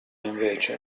invece